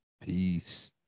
peace